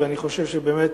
אני חושב שבאמת,